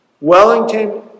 Wellington